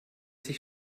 sich